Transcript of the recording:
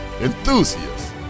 enthusiasts